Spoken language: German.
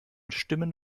stimmen